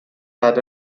had